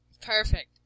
Perfect